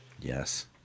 Yes